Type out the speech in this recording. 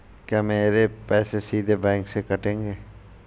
क्या मेरे पैसे सीधे बैंक से कटेंगे?